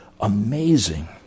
amazing